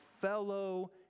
fellow